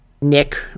Nick